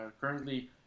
Currently